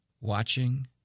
watching